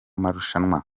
marushanwa